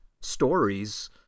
stories